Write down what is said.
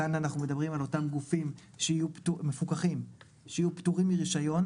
כאן אנחנו מדברים על אותם הגופים שיהיו מפוקחים ושיהיו פטורים מרישיון,